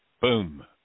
boom